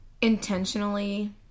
intentionally